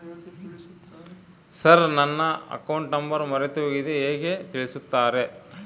Sir ನನ್ನ account number ಮರೆತುಹೋಗಿದೆ ಹೇಗೆ ತಿಳಿಸುತ್ತಾರೆ?